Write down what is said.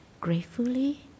Gratefully